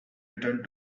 return